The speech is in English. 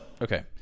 Okay